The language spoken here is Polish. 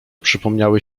przypomniały